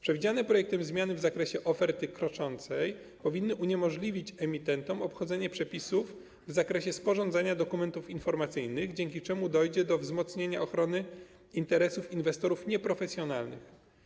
Przewidziane projektem zmiany w zakresie oferty kroczącej powinny uniemożliwić emitentom obchodzenie przepisów w zakresie sporządzania dokumentów informacyjnych, dzięki czemu dojdzie do wzmocnienia ochrony interesów inwestorów nieprofesjonalnych.